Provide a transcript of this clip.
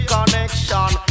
Connection